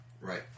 Right